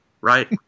right